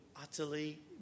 utterly